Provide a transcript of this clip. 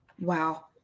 wow